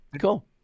cool